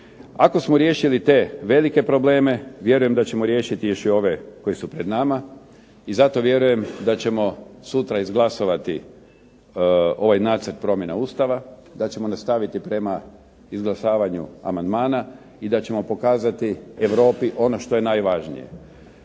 Ako smo riješili te velike probleme vjerujem da ćemo riješiti još i ove koji su pred nama. I zato vjerujem da ćemo sutra izglasovati ovaj Nacrt promjena Ustava, da ćemo nastaviti prema izglasavanju amandmana i da ćemo pokazati Europi ono što je najvažnije.